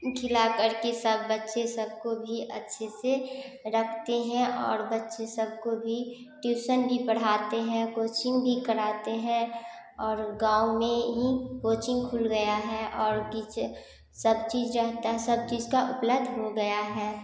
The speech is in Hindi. खिला करके सब बच्चे सब को भी अच्छे से रखते हैं और बच्चे सब को भी ट्यूसन भी पढ़ाते हैं कोचिंग भी कराते हैं और गाँव में ही कोचिंग खुल गया है और कुछ सब चीज रहता है सब चीज उपलब्ध हो गया है